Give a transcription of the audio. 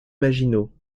maginot